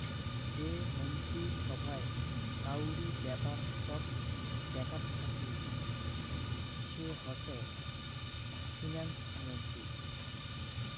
যে মন্ত্রী সভায় কাউরি ব্যাপার সব দেখাত থাকি সে হসে ফিন্যান্স মন্ত্রী